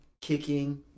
kicking